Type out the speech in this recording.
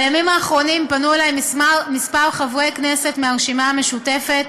בימים האחרונים פנו אלי כמה חברי כנסת מהרשימה המשותפת